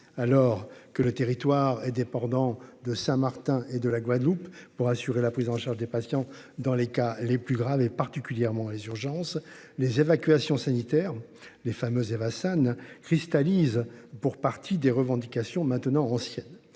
alors que le territoire est dépendant de Saint-Martin et de la Guadeloupe pour assurer la prise en charge des patients dans les cas les plus graves et particulièrement les urgences, les évacuations sanitaires les fameuses Hassan cristallise pour partie des revendications maintenant ancienne.